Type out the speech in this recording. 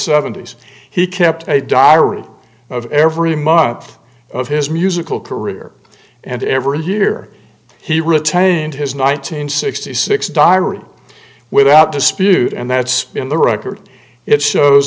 seventy's he kept a diary of every month of his musical career and every year he retained his nineteen sixty six diary without dispute and that's in the record it shows